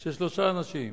של שלושה אנשים,